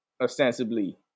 ostensibly